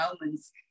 moments